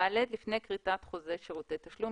סעיף קטן (ד): "לפני כריתת חוזה שירותי תשלום,